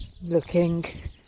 looking